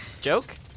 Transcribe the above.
Joke